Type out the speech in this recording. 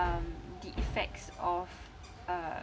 um the effects of uh